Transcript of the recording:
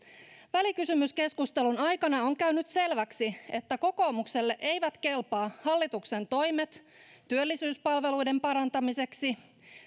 välikysymyskeskustelun aikana on käynyt selväksi että kokoomukselle eivät kelpaa hallituksen toimet työllisyyspalveluiden parantamiseksi